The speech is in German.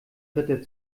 ritter